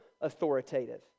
authoritative